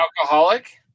alcoholic